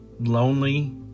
lonely